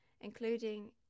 including